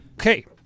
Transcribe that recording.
Okay